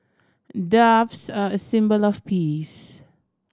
doves are a symbol of peace